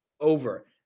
over